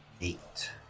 eight